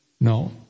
No